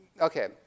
Okay